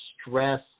stress